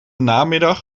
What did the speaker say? namiddag